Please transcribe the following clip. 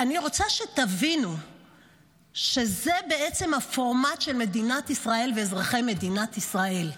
אני רוצה שתבינו שזה בעצם הפורמט של מדינת ישראל ואזרחי מדינת ישראל.